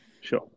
Sure